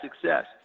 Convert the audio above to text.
success